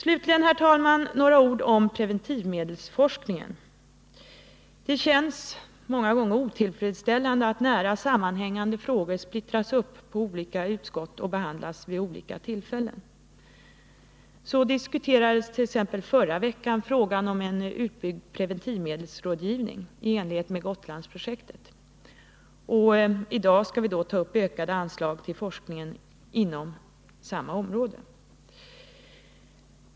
Slutligen, herr talman, några ord om preventivmedelsforskningen. Det känns många gånger otillfredsställande att nära sammanhängande frågor splittras upp på olika utskott och behandlas vid olika tillfällen. Så diskuterades t.ex. förra veckan frågan om en utbyggd preventivmedelsrådgivning i enlighet med Gotlandsprojektet. I dag skall vi ta upp ökade anslag till forskningen inom samma område.